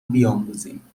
بیاموزیم